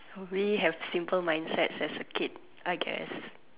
we have simple mind sets as a kid I guess